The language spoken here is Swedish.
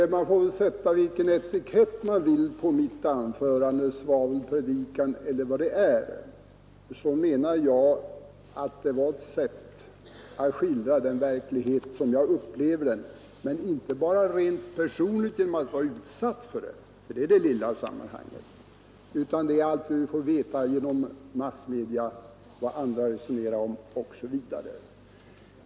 Herr talman! Man får sätta vilken etikett man vill på mitt anförande — kalla det svavelpredikan eller vad som helst. Jag menar dock att det var ett sätt att skildra den verklighet som jag upplever, inte bara rent personligt genom att vara utsatt för brottsligheten — det har ringa betydelse i sammanhanget — utan genom allt som skildras i massmedia och på andra håll.